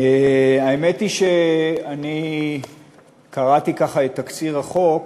האמת היא שאני קראתי ככה את תקציר החוק